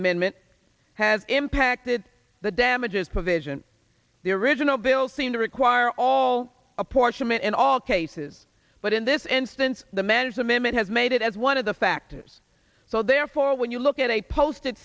amendment has impacted the damages provision the original bill seem to require all apportionment in all cases but in this instance the mannerism image has made it as one of the factors so therefore when you look at a posted